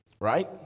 Right